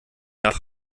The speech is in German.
nach